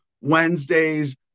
Wednesdays